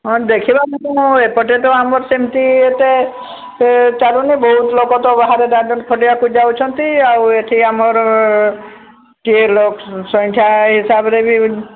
ହଁ ଦେଖିବାକୁ ଏପଟେ ତ ଆମର ସେମତି ଏତେ ଚାଲୁନି ବହୁତ ଲୋକ ତ ବାହାରେ ଦାଦନ ଖଟିବାକୁ ଯାଉଛନ୍ତି ଆଉ ଏଠି ଆମର କିଏ ଲୋକ ସଂଖ୍ୟା ହିସାବରେ ବି